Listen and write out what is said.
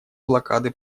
блокады